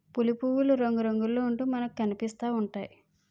పులి పువ్వులు రంగురంగుల్లో ఉంటూ మనకనిపిస్తా ఉంటాయి